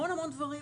המון דברים,